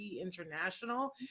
International